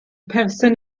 person